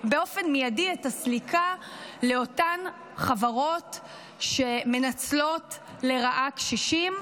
באופן מיידי את הסליקה לאותן חברות שמנצלות לרעה קשישים.